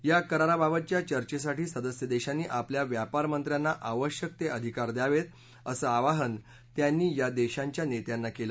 या कराराबाबतच्या चर्चेसाठी सदस्य देशांनी आपल्या व्यापार मंत्र्यांना आवश्यक ते अधिकार द्यावेत असं आवाहन त्यांनी या देशांच्या नेत्यांना केलं